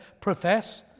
profess